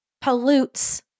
pollutes